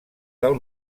del